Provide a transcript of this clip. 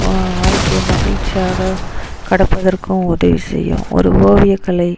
வாழ்க்கைய மகிழ்ச்சியாக கடப்பதற்கும் உதவி செய்யும் ஒரு ஓவியக்கலை